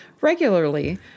regularly